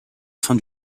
fin